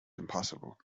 impassable